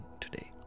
today